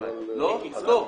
תזכור.